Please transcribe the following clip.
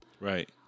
right